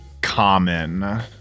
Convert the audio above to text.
common